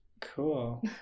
Cool